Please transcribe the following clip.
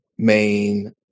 main